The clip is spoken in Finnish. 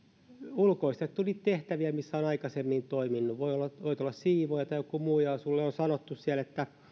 ulkoistettu niitä tehtäviä missä on aikaisemmin toiminut voit olla siivooja tai joku muu ja sinulle on sanottu että